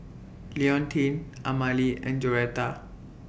Leontine Amalie and Joretta